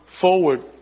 forward